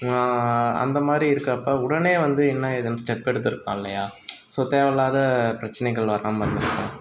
அந்த மாதிரி இருக்கப்போ உடனே வந்து என்ன ஏதுனு ஸ்டெப்பெடுத்துருக்கலாம் இல்லையா ஸோ தேவை இல்லாத பிரச்சனைகள் வராமல் இருந்துருக்கும்